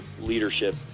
leadership